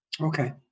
Okay